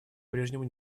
прежнему